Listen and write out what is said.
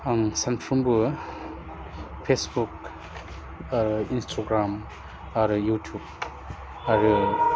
आं सानफ्रोमबो पेसबुक ओह इन्सटाग्राम आरो इउटुब आरो